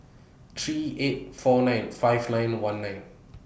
three eight four nine five nine one nine